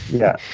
yeah,